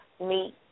meet